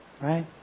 Right